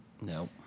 Nope